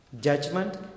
Judgment